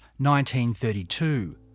1932